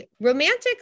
Romantic